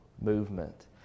movement